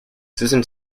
susan